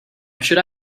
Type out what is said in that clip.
should